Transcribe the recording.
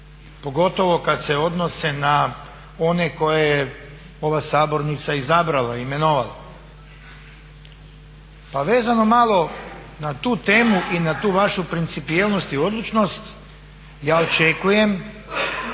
pogotovo kad se odnose na one koje je ova sabornica izabrala, imenovala. Pa vezano malo na tu temu i na tu vašu principijelnost i odlučnost ja očekujem